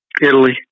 Italy